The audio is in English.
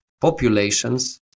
populations